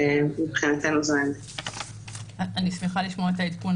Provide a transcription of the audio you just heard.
אני שמחה לשמוע את העדכון,